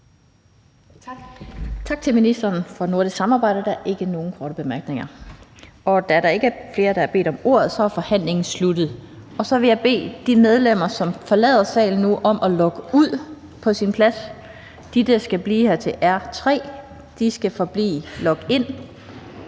Tak til ministeren for nordisk samarbejde. Der er ikke nogen korte bemærkninger. Da der ikke er flere, der har bedt om ordet, er forhandlingen sluttet. Så vil jeg bede de medlemmer, som forlader salen nu, om at logge ud på deres pladser. De, der skal blive her til forhandlingen af R 3, skal forblive logget ind.